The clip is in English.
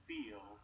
Feel